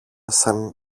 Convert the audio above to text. σαν